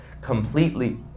completely